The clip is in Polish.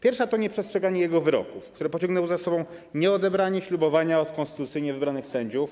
Pierwsza to nieprzestrzeganie jego wyroków, które pociągnęło za sobą nieodebranie ślubowania od konstytucyjnie wybranych sędziów,